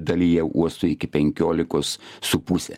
dalyje uosto iki penkiolikos su puse